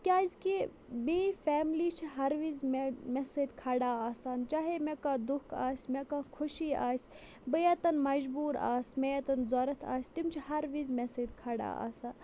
کیٛازِکہِ بیٚیہِ فیملی چھِ ہَر وِزِ مےٚ مےٚ سۭتۍ کھڑا آسان چاہے مےٚ کانٛہہ دُکھ آسہِ مےٚ کانٛہہ خوشی آسہِ بہٕ ییٚتَن مَجبوٗر آسہِ مےٚ ییٚتَن ضوٚرَتھ آسہِ تِم چھِ ہر وِزِ مےٚ سۭتۍ کھڑا آسان